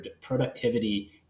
productivity